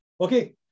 Okay